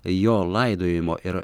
jo laidojimo ir